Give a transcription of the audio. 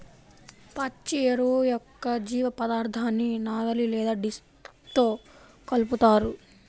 పచ్చి ఎరువు యొక్క జీవపదార్థాన్ని నాగలి లేదా డిస్క్తో కలుపుతారు